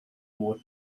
war